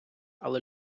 але